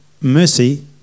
mercy